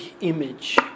image